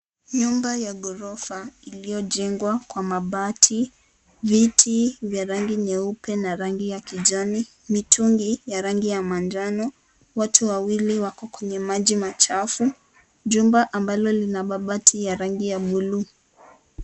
Nyumba ya ghorofa iliyojengwa Kwa mabati, viti vya rangi nyeupe na rangi ya kijani , mitungi ya rangi ya manjano . Watu wawili wako kwenye maji machafu, jumba ambalo lina mabati ya rangi ya bluu.